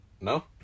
No